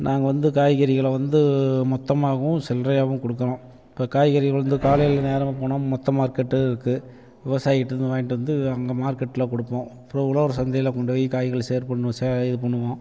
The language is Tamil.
நாங்கள் வந்து காய்கறிகளை வந்து மொத்தமாகவும் சில்லறையாவும் கொடுக்கறோம் இப்போ காய்கறி வந்து காலையில் நேரமாக போனால் மொத்த மார்க்கெட்டும் இருக்குது விவசாயிகிட்டேருந்து வாங்கிட்டு வந்து அங்கே மார்க்கெட்டில் கொடுப்போம் அப்புறம் உழவர் சந்தையில் கொண்டு போய் காய்களை ஷேர் பண்ணும் ச இது பண்ணுவோம்